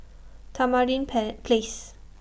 Tamarind pair Place